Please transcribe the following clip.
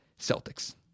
Celtics